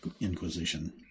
Inquisition